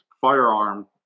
firearm